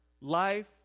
Life